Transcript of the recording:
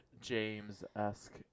James-esque